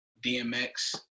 DMX